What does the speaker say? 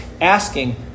asking